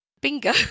bingo